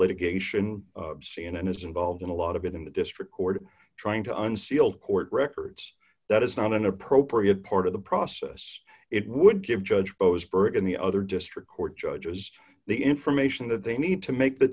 litigation c n n is involved in a lot of it in the district court trying to unseal court records that is not an appropriate part of the process it would give judge posed in the other district court judges the information that they need to make the